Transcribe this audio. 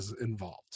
involved